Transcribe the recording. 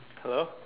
hello